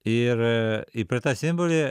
ir i per tą simbolį